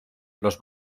los